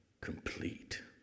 Complete